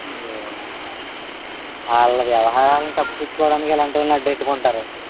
ఏందో వాల్లది వ్యవహారాలని కప్పించుకోడానికి ఇలాంటోల్ని అడ్డేట్టుకుంటారు